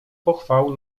pochwał